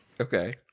okay